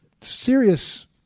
serious